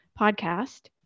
podcast